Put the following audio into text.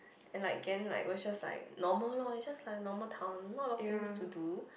and like Ghent like was just like normal loh it's just like a normal town not a lot of things to do